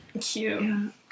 Cute